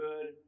good